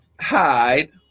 hide